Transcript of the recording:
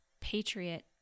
Patriot